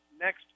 next